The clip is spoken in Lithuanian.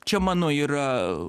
čia mano yra